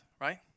right